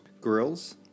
Grills